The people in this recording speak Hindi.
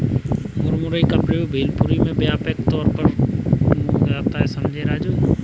मुरमुरे का प्रयोग भेलपुरी में व्यापक तौर पर होता है समझे राजू